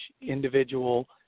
individual